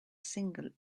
single